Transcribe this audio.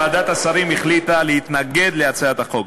ועדת השרים החליטה להתנגד להצעת החוק.